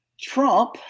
Trump